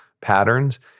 patterns